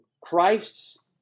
Christ's